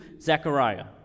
Zechariah